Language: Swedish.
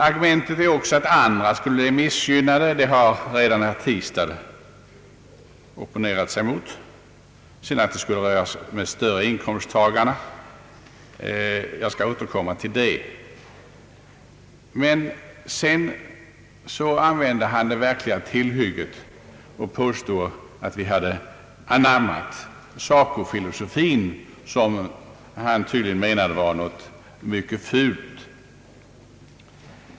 Argumentet att andra skulle bli missgynnade har herr Tistad redan opponerat sig emot. Att vårt förslag skulle röra huvudsakligen de större inkomsttagarna skall jag återkomma till. Det verkliga tillhygget var väl att vi anammat SACO-filosofin, något som herr Eriksson tydligen ansåg vara något mycket fult.